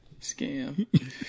Scam